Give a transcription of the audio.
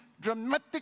dramatic